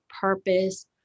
purpose